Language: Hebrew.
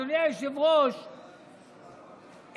אדוני היושב-ראש,